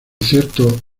ciertos